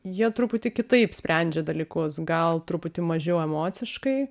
jie truputį kitaip sprendžia dalykus gal truputį mažiau emociškai